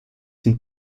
sind